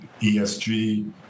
ESG